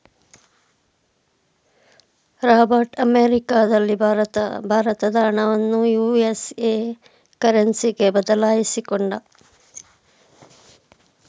Robert ಅಮೆರಿಕದಲ್ಲಿ ಭಾರತದ ಹಣವನ್ನು ಯು.ಎಸ್.ಎ ಕರೆನ್ಸಿಗೆ ಬದಲಾಯಿಸಿಕೊಂಡ